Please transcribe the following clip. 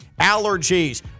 Allergies